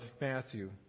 Matthew